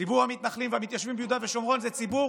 ציבור המתנחלים והמתיישבים ביהודה ושומרון זה ציבור